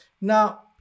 Now